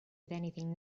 anything